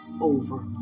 over